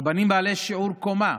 רבנים בעלי שיעור קומה,